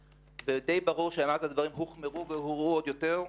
ברור שמאז הדברים הורעו עוד יותר: